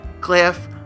Cliff